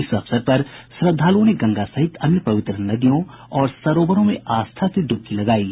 इस अवसर पर श्रद्धालुओं ने गंगा सहित अन्य पवित्र नदियों और सरोवरों में आस्था की डुबकी लगायी